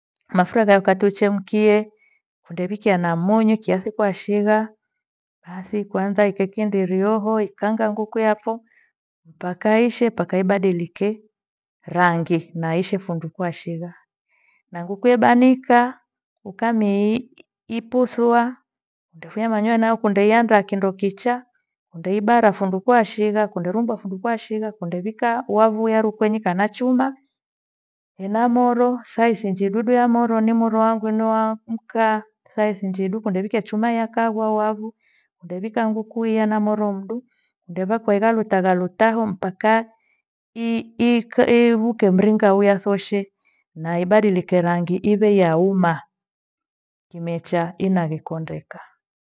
Mafura kaya wakati ichemkie ndewikia na munyu kiathi kwa shigha. Basi kuanza ikekindiriho ikaanga nguku yapho mpaka ishe mpaka ibadilike rangi na ishi fundu kwa shigha. Na nghuku yabanika ukami- iputhua ndothe manyoya nayo kundianza kindo kichaa, ndeibarafu nduku washigha kunderumbua findo kwa shigha kundewikaa wavuia rukwenyi kana chuma ena moro saizi njidudu ya moro ni moro wangwi ni mkaa, saizi njedu kundewikia chuma yakaagwa wahu ndewika nguku hiya na moro mdu ndevakwaigha lutagha lutaho mpaka ivuke mringa uya soshe na ibadilike rangi iwe ya uma kimecha inavikondeka.